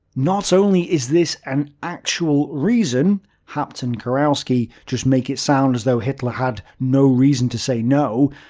not only is this an actual reason haupt and kurowski just make it sound as though hitler had no reason to say no,